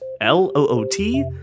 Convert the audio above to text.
L-O-O-T